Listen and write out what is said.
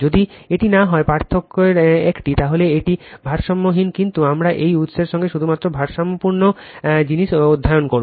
যদি এটি না হয় পার্থক্যের একটি তাহলে এটি ভারসাম্যহীন কিন্তু আমরা এই উত্সের জন্য শুধুমাত্র ভারসাম্যপূর্ণ জিনিস অধ্যয়ন করব